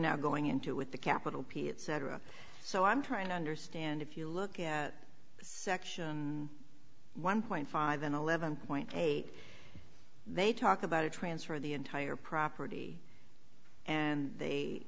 now going into with the capital p it cetera so i'm trying to understand if you look at section one point five and eleven point eight they talk about a transfer of the entire property and they